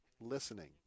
Listening